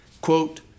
quote